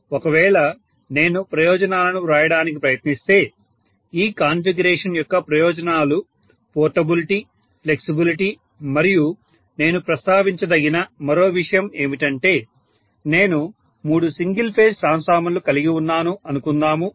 ఒకవేళ నేను ప్రయోజనాలను వ్రాయడానికి ప్రయత్నిస్తే ఈ కాన్ఫిగరేషన్ యొక్క ప్రయోజనాలు పోర్టబిలిటీ ఫ్లెక్సిబిలిటీ మరియు నేను ప్రస్తావించ దగిన మరో విషయం ఏమిటంటే నేను మూడు సింగిల్ ఫేజ్ ట్రాన్స్ఫార్మర్లు కలిగి ఉన్నాను అనుకుందాము